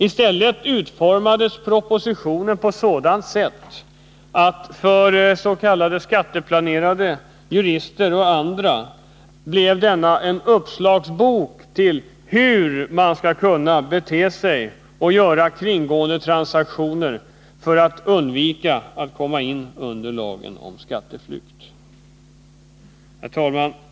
I stället utformades propositionen på ett sådant sätt att den för s.k. skatteplanerande jurister och andra blev en uppslagsbok för hur man skall bete sig och göra kringgående transaktioner för att undvika att komma in under lagen om skatteflykt. Herr talman!